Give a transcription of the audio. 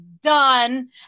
done